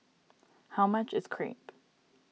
how much is Crepe